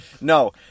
No